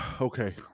Okay